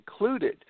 included